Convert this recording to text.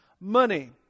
Money